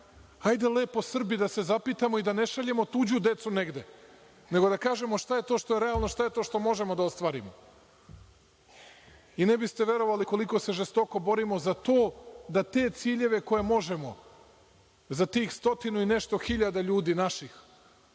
Hajde lepo, Srbi, da se zapitamo i da ne šaljemo tuđu decu negde, nego da kažemo šta je to šta je realno, šta je to što možemo da ostvarimo. Ne biste verovali koliko se žestoko borimo za to da te ciljeve koje možemo za tih stotinu i nešto hiljada ljudi naših